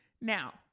Now